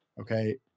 Okay